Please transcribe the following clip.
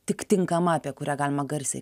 tik tinkama apie kurią galima garsiai